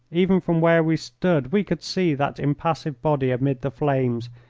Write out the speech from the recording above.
even from where we stood we could see that impassive body amid the flames,